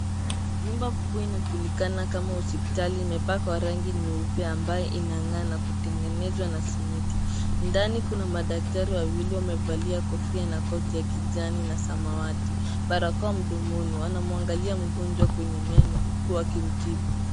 Nyumba kubwa inajulikana kama hospitali imepakwa rangi nyeupe ambaye inang'aa na kutengenezwa na simiti. Ndani kuna madaktari wawili wamevalia kofia na koti ya kijani na samawati, barakoa mdomoni. Wanamwangalia mgonjwa kwenye meno huku wakimtibu.